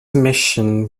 mission